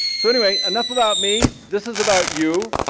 so anyway, enough about me. this is about you.